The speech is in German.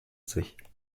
sich